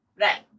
Right